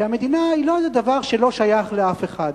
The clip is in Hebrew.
שהמדינה היא לא איזה דבר שלא שייך לאף אחד.